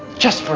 just